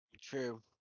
True